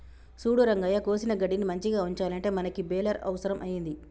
సూడు రంగయ్య కోసిన గడ్డిని మంచిగ ఉంచాలంటే మనకి బెలర్ అవుసరం అయింది